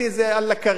זה אללה כרים,